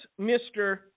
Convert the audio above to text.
Mr